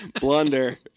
blunder